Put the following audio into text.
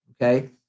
Okay